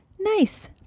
Nice